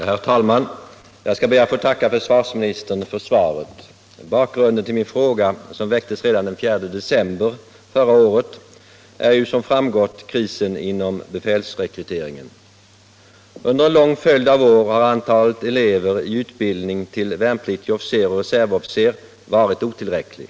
Herr talman! Jag skall be att få tacka försvarsministern för svaret. Bakgrunden till min fråga, som väcktes redan den 4 december förra året, är ju som framgått krisen inom befälsrekryteringen. Under en lång följd av år har antalet elever i utbildning till värnpliktig officer och reservofficer varit otillräckligt.